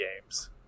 games